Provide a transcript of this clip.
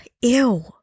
ew